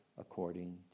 according